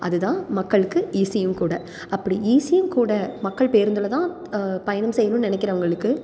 அது தான் மக்களுக்கு ஈஸியும் கூட அப்படி ஈஸியும் கூட மக்கள் பேருந்தில் தான் பயணம் செய்யணும்னு நினைக்கிறவங்களுக்கு